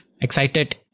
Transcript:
excited